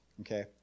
Okay